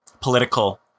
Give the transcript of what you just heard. political